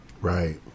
Right